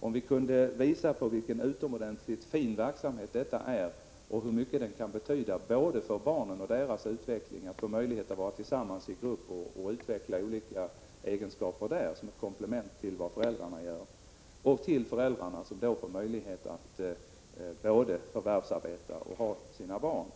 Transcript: om vi kunde visa på vilken utomordentligt fin verksamhet detta är och hur mycket den kan betyda både för barnen, som får möjlighet att vara tillsammans i grupp och utveckla olika egenskaper där som ett komplement till vad föräldrarna gör för dem, och för föräldrarna, som får möjlighet att både förvärvsarbeta och ha sina barn.